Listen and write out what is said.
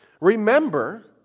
remember